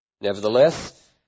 Nevertheless